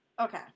Okay